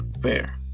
Fair